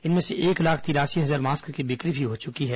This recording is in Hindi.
इनमें से एक लाख तिरासी हजार मास्क की बिक्री भी हो चुकी है